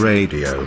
Radio